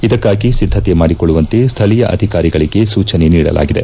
ಇದಕ್ಕಾಗಿ ಸಿದ್ದತೆ ಮಾಡಿಕೊಳ್ಳುವಂತೆ ಸ್ವಳೀಯ ಅಧಿಕಾರಿಗಳಿಗೆ ಸೂಚನೆ ನೀಡಲಾಗಿದೆ